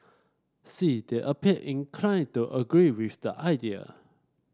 see they appear inclined to agree with the idea